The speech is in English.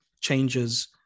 changes